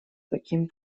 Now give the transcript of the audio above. таким